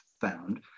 found